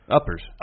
Uppers